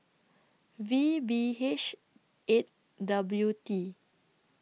V B H eight W T